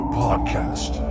podcast